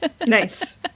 Nice